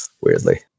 weirdly